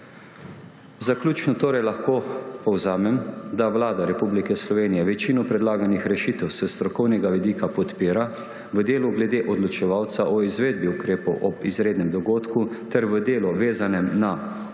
Zaključno torej lahko povzamem, da Vlada Republike Slovenije večino predlaganih rešitev s strokovnega vidika podpira, v delu glede odločevalca o izvedbi ukrepov ob izrednem dogodku ter v delu, vezanem na upravljanje